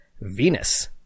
Venus